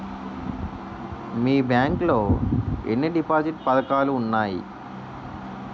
మీ bank లో ఎన్ని deposit పథకాలు ఉన్నాయి?